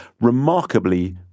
remarkably